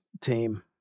team